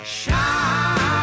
shine